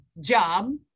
job